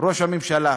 ראש הממשלה.